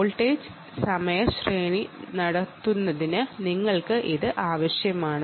voltage സമയ ശ്രേണി നേടുന്നതിന് നിങ്ങൾക്ക് ഇത് ആവശ്യമാണ്